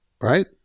right